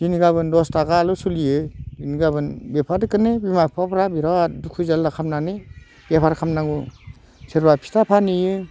दिनै गाबोन दस थाखायाल' सोलियो दिनै गाबोन बेफोरखोनो बिमा बिफाफ्रा बिराद दुखु जारला खालामनानै बेफार खालामनांगौ सोरबा फिथा फानहैयो